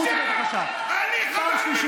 חבר הכנסת בן גביר, לצאת החוצה, פעם שלישית.